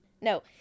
No